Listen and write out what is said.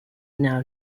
now